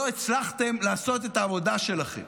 לא הצלחתם לעשות את העבודה שלכם